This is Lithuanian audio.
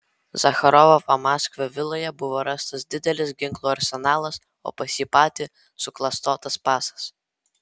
zacharovo pamaskvio viloje buvo rastas didelis ginklų arsenalas o pas jį patį suklastotas pasas